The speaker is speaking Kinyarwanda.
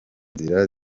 nzira